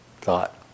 thought